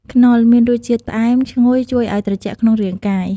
ខ្នុរមាន រសជាតិផ្អែម ឈ្ងុយ ជួយឱ្យត្រជាក់ក្នុងរាងកាយ។